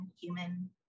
human